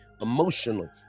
emotionally